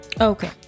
okay